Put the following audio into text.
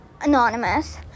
anonymous